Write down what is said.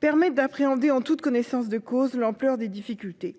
permet d'appréhender en toute connaissance de cause, l'ampleur des difficultés.